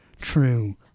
true